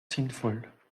sinnvoll